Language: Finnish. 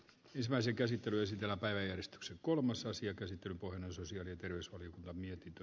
kysäisi käsitteellisen päiväjärjestyksen kolmas asia käsite kuin sosiaali terveysvaliokunnan mietintö